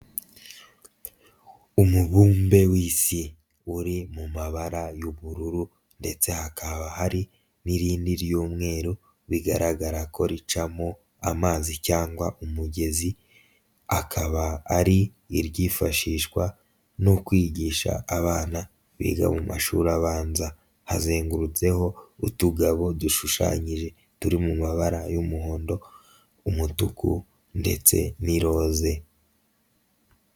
Umubumbe w'Isi uri mu mabara y'ubururu ndetse hakaba hari n'irindi ry'umweru bigaragarako ricamo amazi cyangwa umugezi, akaba ari iryifashishwa no kwigisha abana biga mu mashuri abanza, hazengurutseho utugabo dushushanyije turi mu mabara y'umuhondo, umutuku ndetse n'i roze.